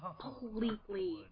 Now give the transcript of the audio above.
completely